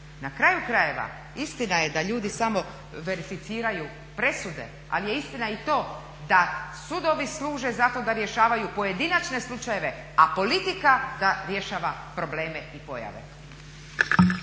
Na kraju krajeva, istina je da ljudi samo verificiraju presude, ali je istina i to da sudovi služe zato da rješavaju pojedinačne slučajeve, a politika da rješava probleme i pojave.